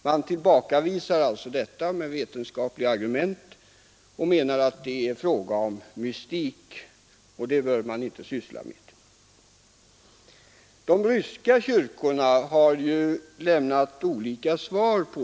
Man tillbakavisar religiös verksamhet med vetenskapliga argument och menar att det är fråga om mystik. Sådant bör inte någon syssla med. De ryska kyrkorna har lämnat olika svar.